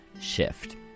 shift